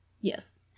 Yes